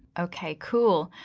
okay, cool.